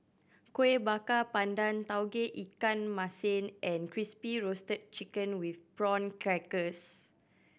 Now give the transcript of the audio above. Kueh Bakar Pandan Tauge Ikan Masin and Crispy Roasted Chicken with Prawn Crackers